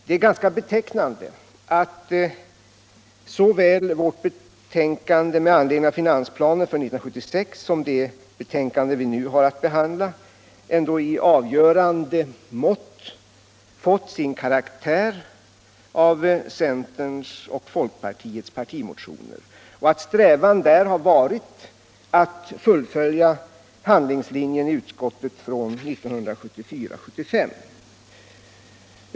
Det är ganska betecknande att såväl vårt betänkande med anledning av finansplanen för 1976 som det betänkande vi nu har att behandla ändå i avgörande mått har fått sin karaktär av centerns och folkpartiets partimotioner och att strävan där har varit att fullfölja handlingslinjen i utskottet från 1974-1975.